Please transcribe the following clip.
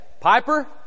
Piper